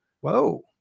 Whoa